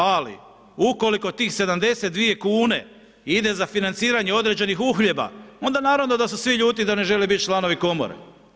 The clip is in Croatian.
Ali ukoliko tih 72 kune ide za financiranje određenih uhljeba, onda naravno da su svi ljuti i da ne žele biti članovi komore.